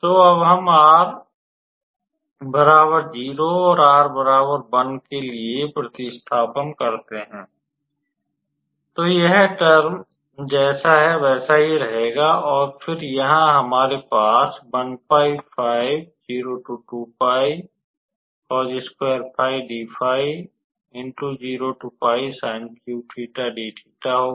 तो अब हम r बराबर 0 और r बराबर 1 के लिए प्रतिस्थापन करते हैं तो यह टर्म जैसा है वैसा ही रहेगा और फिर यहाँ हमारे पास होगा